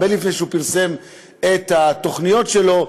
הרבה לפני שהוא פרסם את התוכניות שלו,